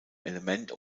element